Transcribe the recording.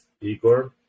Igor